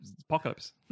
Apocalypse